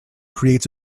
creates